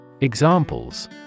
Examples